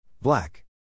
Black